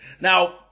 Now